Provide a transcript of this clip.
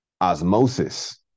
osmosis